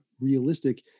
realistic